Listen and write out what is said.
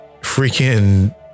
freaking